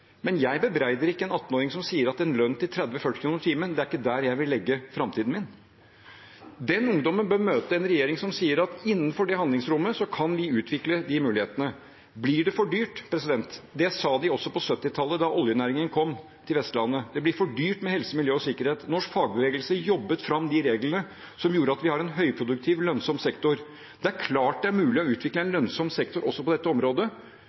Men jeg bebreider ikke en 18-åring som sier at hun eller han ikke vil legge framtiden sin et sted med en timelønn på 30–40 kr. Den ungdommen bør møte en regjering som sier at vi kan utvikle de mulighetene innenfor det handlingsrommet. Blir det for dyrt? Det sa de også da oljenæringen kom til Vestlandet på 1970-tallet: Det blir for dyrt med helse, miljø og sikkerhet. Norsk fagbevegelse jobbet fram reglene som gjorde at vi har en høyproduktiv, lønnsom sektor. Det er klart det er mulig å utvikle en lønnsom sektor også på dette området.